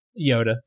Yoda